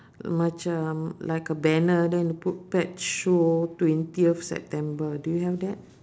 macam like a banner then they put pet show twentieth september do you have that